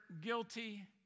guilty